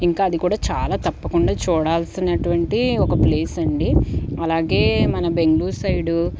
ఇంకా అది కూడా చాలా తప్పకుండా చూడాల్సినటువంటి ఒక ప్లేస్ అండీ అలాగే మన బెంగుళూరు సైడు